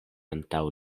antaŭ